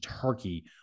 turkey